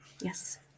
Yes